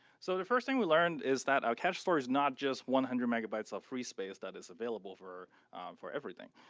so the first thing we learned is that our cache store is not just one hundred megabytes of free space that is available for for everything.